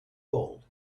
old